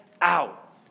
out